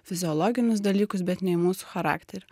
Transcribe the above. fiziologinius dalykus bet ne į mūsų charakterį